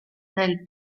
nel